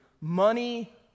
money